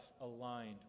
aligned